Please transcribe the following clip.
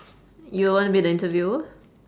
you wanna be the interviewer